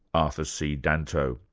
ah so c. danto.